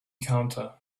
counter